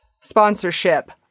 sponsorship